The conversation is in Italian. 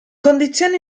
condizioni